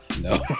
no